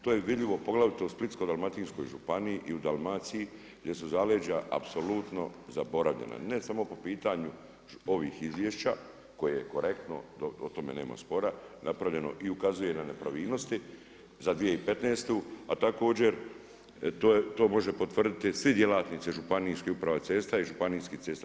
To je vidljivo poglavito u Splitsko-dalmatinskoj županiji i u Dalmaciji gdje su zaleđa apsolutno zaboravljena ne samo po pitanju ovih izvješća koje je korektno, o tome nema spora napravljeno i ukazuje na nepravilnosti za 2015. a također to može potvrditi svi djelatnici Županijskih uprava cesta i Županijskih cesta.